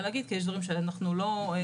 להגיד כי יש דברים שאנחנו לא יכולים.